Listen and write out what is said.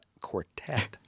Quartet